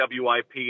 WIP